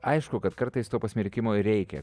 aišku kad kartais to pasmerkimo reikia